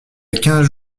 quinze